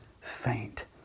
faint